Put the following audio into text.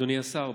אדוני השר,